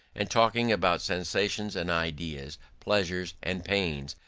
and talking about sensations and ideas, pleasures and pains,